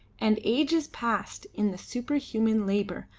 and ages passed in the superhuman labour,